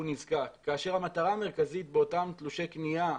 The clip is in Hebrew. נזקק כאשר המטרה המרכזית באותם תלושי קנייה,